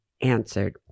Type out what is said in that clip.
answered